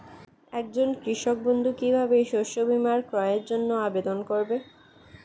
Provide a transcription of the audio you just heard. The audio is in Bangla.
একজন কৃষক বন্ধু কিভাবে শস্য বীমার ক্রয়ের জন্যজন্য আবেদন করবে?